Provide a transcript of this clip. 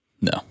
No